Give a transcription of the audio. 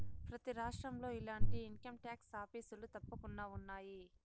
ప్రతి రాష్ట్రంలో ఇలాంటి ఇన్కంటాక్స్ ఆఫీసులు తప్పకుండా ఉన్నాయి